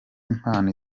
impano